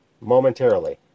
momentarily